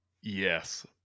yes